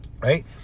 right